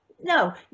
No